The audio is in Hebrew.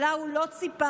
שלה הוא לא ציפה,